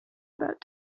about